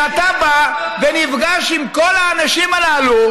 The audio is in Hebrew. ואתה בא ונפגש עם כל האנשים הללו,